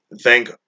thank